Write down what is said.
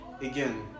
again